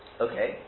Okay